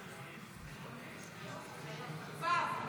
ו'.